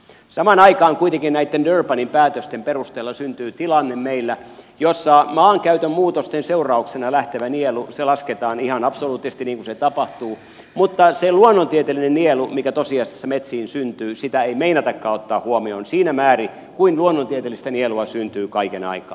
samaan aikaan kuitenkin näitten durbanin päätösten perusteella meillä syntyy tilanne jossa maankäytön muutosten seurauksena lähtevä nielu lasketaan ihan absoluuttisesti niin kuin se tapahtuu mutta sitä luonnontieteellistä nielua mikä tosiasiassa metsiin syntyy ei meinatakaan ottaa huomioon siinä määrin kuin luonnontieteellistä nielua syntyy kaiken aikaa